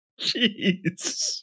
Jeez